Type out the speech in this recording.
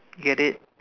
get it